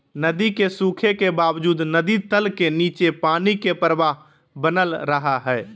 नदी के सूखे के बावजूद नदी तल के नीचे पानी के प्रवाह बनल रहइ हइ